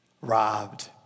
robbed